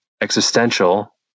existential